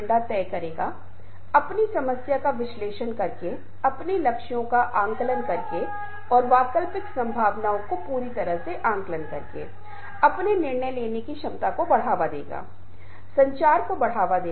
और मुझे आशा है कि आपने विभिन्न सिद्धांतों के साथ साथ आपके द्वारा सीखे गए अनुप्रयोग और आयामों से लाभ उठाया है जो हमें बताते हैं कि हम कैसे संबंध बनाते हैं संबंध निर्माण के संदर्भ में विभिन्न महत्वपूर्ण घटक क्या हैं क्या सफल होते हैं क्या विफल रहता है